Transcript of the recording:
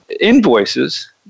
invoices